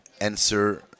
answer